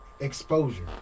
exposure